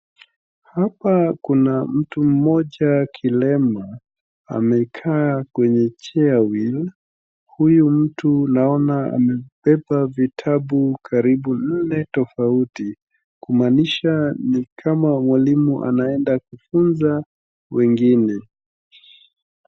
Hapa kuna mtu mmoja kilema amekaa kwenye chairwheel . Huyu mtu naona amebeba vitabu karibu nne tofauti kumaanisha ni kama mwalimu anaenda kufunza wengine.